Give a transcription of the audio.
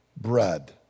bread